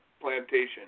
plantation